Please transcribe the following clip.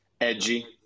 Edgy